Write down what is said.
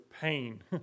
pain